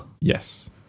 Yes